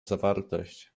zawartość